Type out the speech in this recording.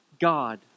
God